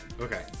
Okay